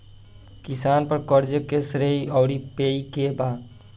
किसान पर क़र्ज़े के श्रेइ आउर पेई के बा?